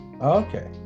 Okay